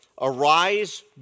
arise